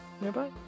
nearby